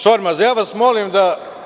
Šormaz, ja vas molim da…